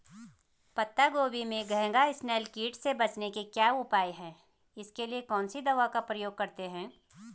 पत्ता गोभी में घैंघा इसनैल कीट से बचने के क्या उपाय हैं इसके लिए कौन सी दवा का प्रयोग करते हैं?